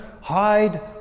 hide